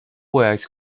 works